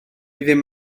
ddim